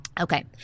Okay